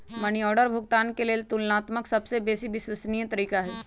money order भुगतान के लेल ततुलनात्मक रूपसे बेशी विश्वसनीय तरीका हइ